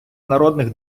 народних